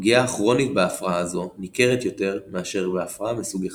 הפגיעה הכרונית בהפרעה זו ניכרת יותר מאשר בהפרעה מסוג 1.